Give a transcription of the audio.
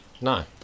No